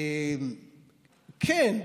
כן.